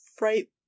right